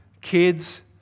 kids